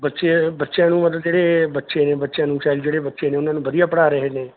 ਬੱਚੇ ਬੱਚਿਆਂ ਨੂੰ ਮਤਲਬ ਜਿਹੜੇ ਬੱਚੇ ਨੇ ਬੱਚਿਆਂ ਨੂੰ ਸ਼ਾਇਦ ਜਿਹੜੇ ਬੱਚੇ ਨੇ ਉਹਨਾਂ ਨੂੰ ਵਧੀਆ ਪੜ੍ਹਾ ਰਹੇ ਨੇ